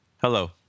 Hello